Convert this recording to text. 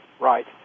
Right